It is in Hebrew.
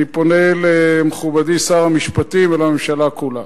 אני פונה למכובדי שר המשפטים ולממשלה כולה.